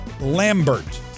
lambert